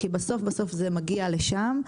כי בסוף-בסוף זה מגיע לשם.